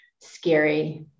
scary